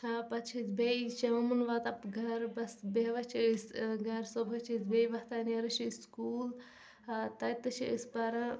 پَتہٕ چھِ أسۍ بیٚیہِ شامَن واتان گَرٕ بَس بیٚہوان چھِ أسۍ گَرٕ صُبحٲے چھِ أسۍ بیٚیہِ وۄتھان نیران چھِ أسۍ سکوٗل تَتہِ تہِ چھِ أسۍ پَران